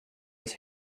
his